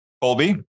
Colby